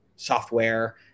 software